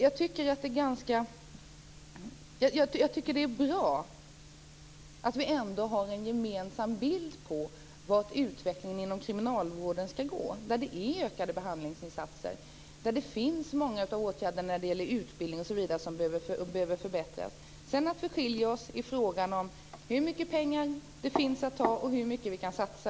Jag tycker att det är bra att vi ändå har en gemensam bild av hur utvecklingen inom kriminalvården ska vara. Då handlar det om ökade behandlingsinsatser, och det finns många åtgärder när det gäller utbildning osv. som behöver förbättras. Sedan skiljer vi oss i frågan om hur mycket pengar det finns att ta av och hur mycket vi kan satsa.